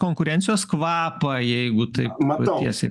konkurencijos kvapą jeigu taip tiesiai